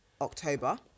October